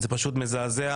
זה פשוט מזעזע,